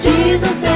Jesus